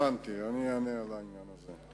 הבנתי, אענה על העניין הזה.